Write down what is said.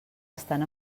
estan